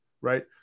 right